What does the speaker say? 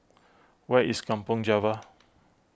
where is Kampong Java